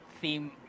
theme